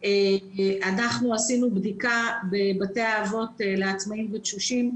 אנחנו עשינו בדיקה בבתי האבות לעצמאים ותשושים.